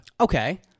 Okay